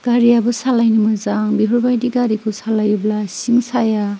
गारियाबो सालायनो मोजां बेफोरबायदि गारिखौ सालायोब्ला सिं साया